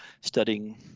studying